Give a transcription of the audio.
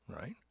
right